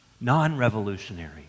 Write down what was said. non-revolutionary